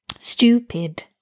Stupid